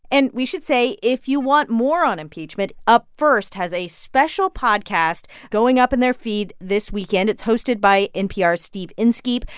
and we should say if you want more on impeachment, up first has a special podcast going up in their feed this weekend. it's hosted by npr's steve inskeep,